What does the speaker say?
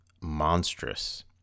monstrous